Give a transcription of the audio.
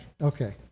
Okay